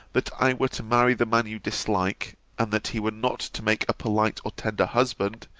that i were to marry the man you dislike and that he were not to make a polite or tender husband,